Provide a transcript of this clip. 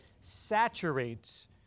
saturates